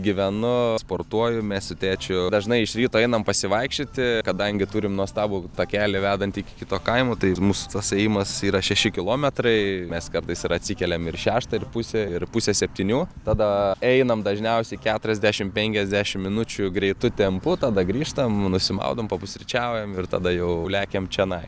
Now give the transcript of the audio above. gyvenu sportuoju mes su tėčiu dažnai iš ryto einam pasivaikščioti kadangi turim nuostabų takelį vedantį iki kito kaimo tai ir mūsų tas ėjimas yra šeši kilometrai mes kartais ir atsikeliam ir šeštą ir pusę ir pusę septynių tada einam dažniausiai keturiasdešimt penkiasdešimt minučių greitu tempu tada grįžtam nusimaudom papusryčiaujam ir tada jau lekiame čionai